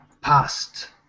past